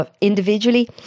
individually